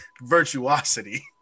virtuosity